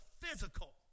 physical